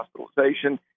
hospitalization